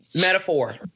Metaphor